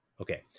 Okay